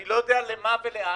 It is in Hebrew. אני לא למה ולאן.